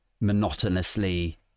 monotonously